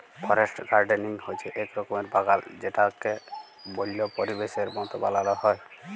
forest gardening হচ্যে এক রকমের বাগাল যেটাকে বল্য পরিবেশের মত বানাল হ্যয়